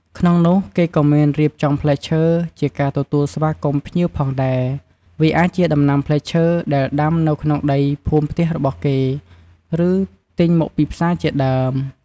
ក្នុងនោះគេក៍មានរៀបចំផ្លែឈើ ជាការទទួលស្វាគមន៍ភ្ញៀវផងដែរ វាអាចជាដំណាំផ្លែឈើដែលដាំនៅក្នុងដីភូមិផ្ទះរបស់គេ ឬទញមកពីផ្សារជាដើម។